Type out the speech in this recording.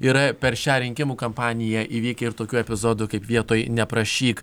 yra per šią rinkimų kampaniją įvykę ir tokių epizodų kaip vietoj neprašyk